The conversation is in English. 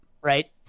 Right